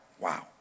Wow